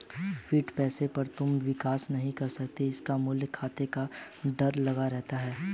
fiat पैसे पर तुम विश्वास नहीं कर सकते इसका मूल्य खोने का डर लगा रहता है